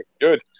Good